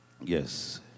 Yes